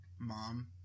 Mom